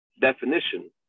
definition